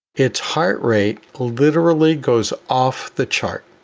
its heart rate literally goes off the chart.